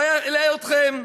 לא אלאה אתכם,